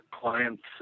clients